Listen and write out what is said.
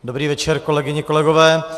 Dobrý večer, kolegyně, kolegové.